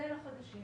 זה לחדשים.